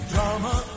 Drama